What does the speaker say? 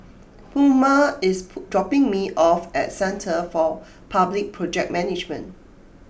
Pluma is dropping me off at Centre for Public Project Management